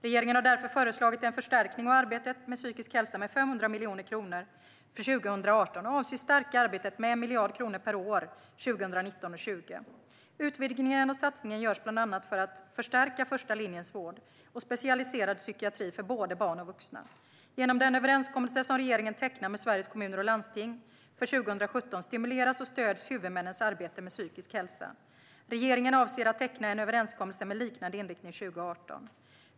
Regeringen har därför föreslagit en förstärkning av arbetet med psykisk hälsa med 500 miljoner kronor för 2018 och avser att stärka arbetet med 1 miljard kronor per år 2019 och 2020. Utvidgningen av satsningen görs bland annat för att förstärka första linjens vård och specialiserad psykiatri för både barn och vuxna. Genom den överenskommelse som regeringen tecknat med Sveriges Kommuner och Landsting för 2017 stimuleras och stöds huvudmännens arbete med psykisk hälsa. Regeringen avser att teckna en överenskommelse med liknande inriktning 2018.